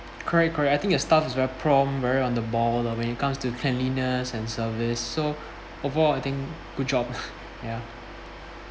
correct correct I think your staff is very prompt very on the ball when it comes to cleanliness and service so overall I think good job ya